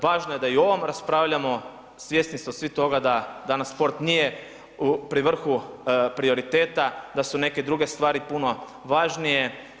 Važno je da i o ovom raspravljamo, svjesni smo svi toga da danas sport nije pri vrhu prioriteta, da su neke druge stvari puno važnije.